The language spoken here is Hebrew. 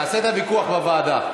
נעשה את הוויכוח בוועדה.